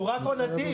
והוא עונתי.